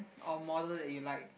or model that you like